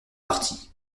partis